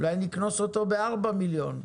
אולי נקנוס אותו ב-4 מיליון.